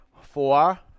Four